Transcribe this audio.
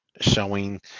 showing